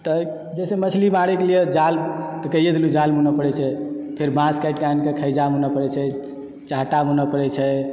तऽ जाहिसॅं मछली मारय के लिए जाल तऽ कहिए देलहुॅं जाल बुनऽ परै छै फेर बाॅंस काटि के आनिके थैजा बुनय परय छै चाहटा बुनय परै छै